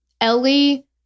Ellie